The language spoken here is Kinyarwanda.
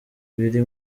biri